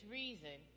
reason